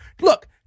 Look